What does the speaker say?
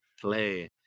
play